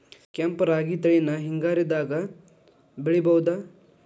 ಕೆಂಪ ರಾಗಿ ತಳಿನ ಹಿಂಗಾರದಾಗ ಬೆಳಿಬಹುದ?